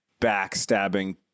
backstabbing